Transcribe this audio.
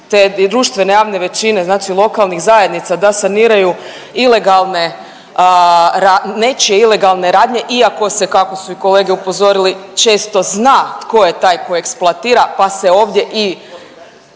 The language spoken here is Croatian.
te društvene javne većine znači lokalnih zajednica da saniraju ilegalne, nečije ilegalne radnje iako se kako su i kolege upozorili često zna tko je taj tko eksploatira pa se ovdje i